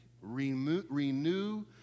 Renew